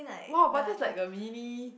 !wow! but that's like a really